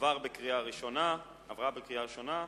התשס"ט 2009,